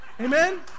amen